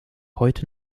heute